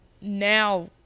now